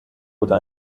oder